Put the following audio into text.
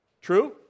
True